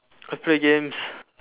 I play games